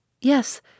Yes